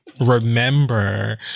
remember